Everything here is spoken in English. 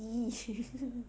!ee!